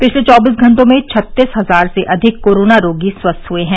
पिछले चौबीस घंटों में छत्तीस हजार से अधिक कोरोना रोगी स्वस्थ हुए हैं